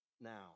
now